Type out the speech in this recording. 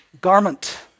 Garment